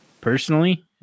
personally